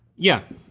yeah.